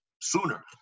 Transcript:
sooner